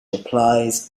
applies